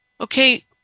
okay